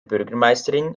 bürgermeisterin